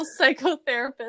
psychotherapist